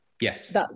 yes